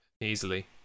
Easily